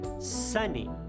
Sunny